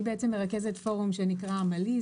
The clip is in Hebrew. אני מרכזת פורום שנקרא "עמלי",